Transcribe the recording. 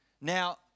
Now